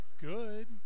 good